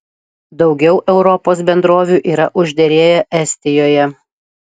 daugiau europos bendrovių yra užderėję estijoje